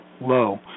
low